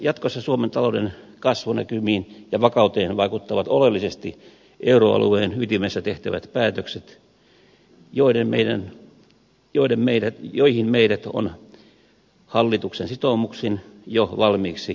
jatkossa suomen talouden kasvunäkymiin ja vakauteen vaikuttavat oleellisesti euroalueen ytimessä tehtävät päätökset joihin meidät on hallituksen sitoumuksin jo valmiiksi alistettu